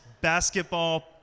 basketball